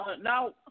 now